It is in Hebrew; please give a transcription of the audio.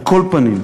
על כל פנים,